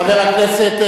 חבר הכנסת.